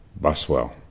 Buswell